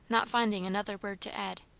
not finding another word to add.